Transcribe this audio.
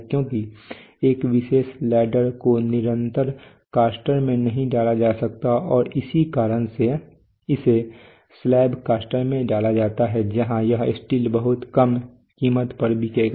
क्योंकि एक विशेष लेडल को निरंतर कास्टर में नहीं डाला जा सकता है और इसी कारण से इसे स्लैब कास्टर में डाला जाता है जहां यह स्टील बहुत कम कीमत पर बिकेगा